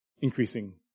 increasing